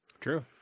True